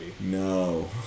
No